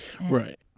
Right